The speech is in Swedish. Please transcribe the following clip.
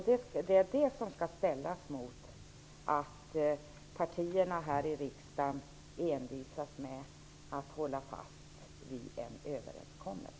Det är detta som skall ställas mot att partierna här i riksdagen envisas med att hålla fast vid en överenskommelse.